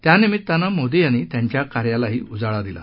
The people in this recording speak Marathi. त्यानिमीत्तानं मोदी यांनी त्यांच्या कार्यालाही उजाळा दिला